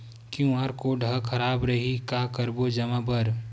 QR code हा खराब रही का करबो जमा बर?